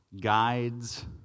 guides